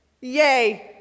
Yay